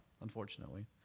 unfortunately